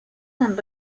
han